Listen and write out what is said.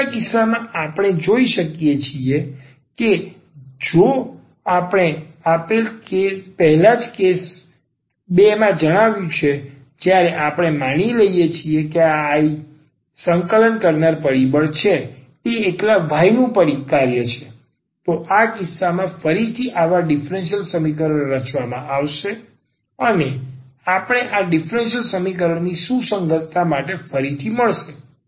હવે બીજા કિસ્સામાં પણ આપણે જોઈ શકીએ છીએ જે આપણે પહેલા જ કેસ 2 માં જણાવ્યું છે જ્યારે આપણે માની લઈએ કે આ I સંકલન કરનાર પરિબળ છે તે એકલા y નું કાર્ય છે તો આ કિસ્સામાં ફરીથી આવા ડીફરન્સીયલ સમીકરણ રચવામાં આવશે અને આપણે આ ડીફરન્સીયલ સમીકરણ ની સુસંગતતા માટે ફરીથી મળશે